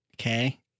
Okay